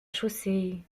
chaussée